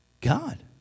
God